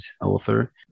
author